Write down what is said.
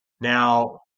Now